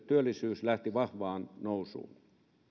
työllisyys lähti vahvaan nousuun